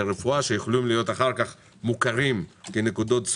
דרך אחרת כדי להגיע לאותם